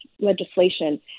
legislation